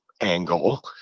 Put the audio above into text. angle